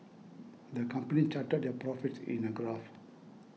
the company charted their profits in a graph